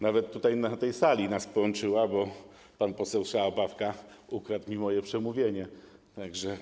Nawet tutaj, na tej sali, nas połączyła, bo pan poseł Szałabawka ukradł mi moje przemówienie, także.